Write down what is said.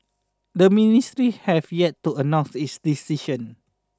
the ministry have yet to announce its decision